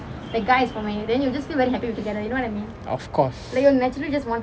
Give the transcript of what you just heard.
of course